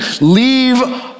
leave